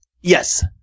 Yes